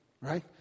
right